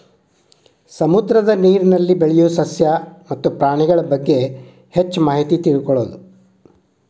ಸಮುದ್ರದ ನೇರಿನಲ್ಲಿ ಬೆಳಿಯು ಸಸ್ಯ ಮತ್ತ ಪ್ರಾಣಿಗಳಬಗ್ಗೆ ಹೆಚ್ಚ ಮಾಹಿತಿ ತಿಳಕೊಳುದು